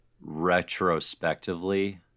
retrospectively